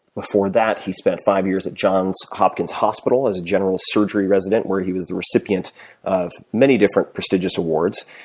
before that he spent five years at johns hopkins hospital as a general surgery resident, where he was the recipient of many different prestigious awards,